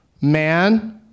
Man